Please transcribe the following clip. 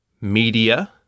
media